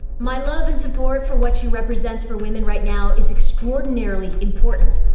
my love and support for what she represents for women right now is extraordinarily important.